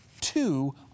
two